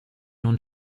non